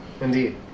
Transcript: Indeed